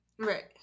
Right